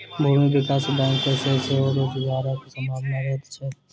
भूमि विकास बैंक मे सेहो रोजगारक संभावना रहैत छै